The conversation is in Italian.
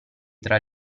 tra